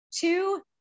two